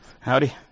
Howdy